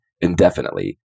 indefinitely